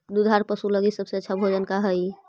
दुधार पशु लगीं सबसे अच्छा भोजन का हई?